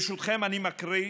ברשותכם, אני אקריא